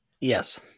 Yes